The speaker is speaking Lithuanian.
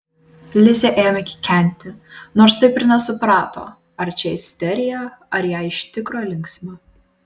lizė ėmė kikenti nors taip ir nesuprato ar čia isterija ar jai iš tikro linksma